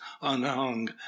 unhung